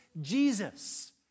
Jesus